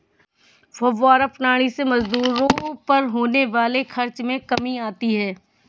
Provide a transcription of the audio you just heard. फौव्वारा प्रणाली से मजदूरों पर होने वाले खर्च में कमी आती है